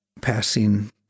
passing